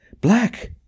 Black